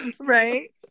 Right